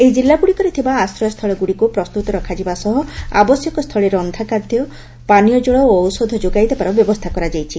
ଏହି କିଲ୍ଲା ଗୁଡ଼ିକରେ ଥିବା ଆଶ୍ରୟସ୍ଛଳ ଗୁଡ଼ିକୁ ପ୍ରସ୍ତୁତ ରଖାଯିବା ସହ ଆବଶ୍ୟକସ୍ତୁଳେ ରକ୍ଷାଖାଦ୍ୟ ପାନୀୟଜଳ ଓ ଔଷଧ ଯୋଗାଇଦେବାର ବ୍ୟବସ୍କା କରାଯାଇଛି